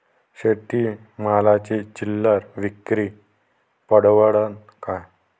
शेती मालाची चिल्लर विक्री परवडन का?